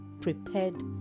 prepared